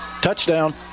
Touchdown